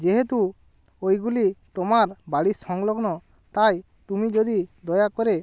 যেহেতু ওইগুলি তোমার বাড়ির সংলগ্ন তাই তুমি যদি দয়া করে